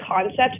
concept